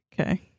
Okay